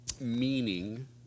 meaning